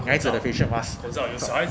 孩子的 facial mask stock